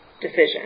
decision